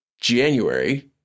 January